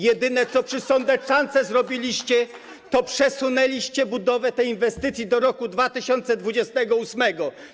Jedyne, co przy sądeczance zrobiliście, to przesunęliście budowę tej inwestycji do roku 2028.